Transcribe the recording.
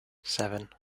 seven